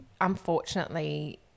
unfortunately